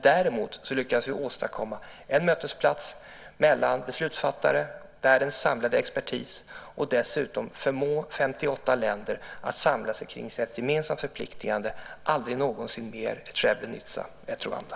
Däremot lyckades vi åstadkomma en mötesplats mellan beslutsfattare och världens samlade expertis. Dessutom förmådde vi 58 länder att samla sig kring ett gemensamt förpliktande - aldrig någonsin mer ett Srebrenica, ett Rwanda.